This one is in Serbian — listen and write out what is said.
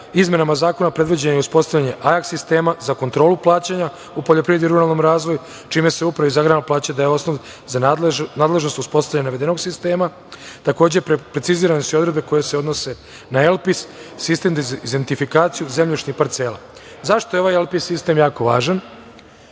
izmenama zakona predviđeno je uspostavljanje IACS sistema za kontrolu plaćanja u poljoprivredi i ruralnom razvoju, čime se Upravi za agrarna plaćanja daje osnov za nadležnost uspostavljanja navedenog sistema. Takođe, precizirane su i odredbe koje se odnose na „Elpis“ sistem da identifikaciju zemljišnih parcela. Zašto je ovaj „Elpis“ sistem jako važan? Do